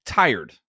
tired